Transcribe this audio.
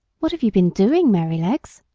what have you been doing, merrylegs?